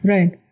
Right